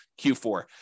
Q4